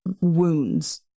wounds